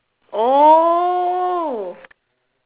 oh